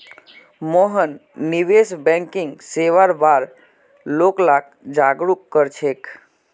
मोहन निवेश बैंकिंग सेवार बार लोग लाक जागरूक कर छेक